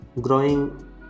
growing